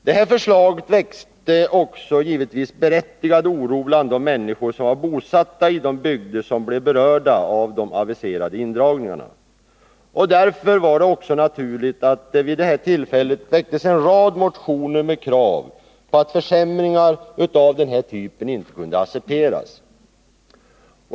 Det här förslaget vållade givetvis berättigad oro bland de människor som är bosatta i de bygder som berörs av de aviserade indragningarna, och därför var det också naturligt att det vid detta tillfälle väcktes en rad motioner med krav på att försämringar av den här typen inte kunde accepteras.